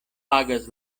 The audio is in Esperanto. pagas